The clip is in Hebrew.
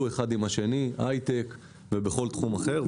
אחד עם השני בהייטק ובכל תחום אחר.